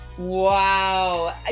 Wow